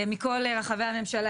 מכל רחבי הממשלה.